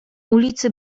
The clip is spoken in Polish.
ulicy